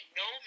no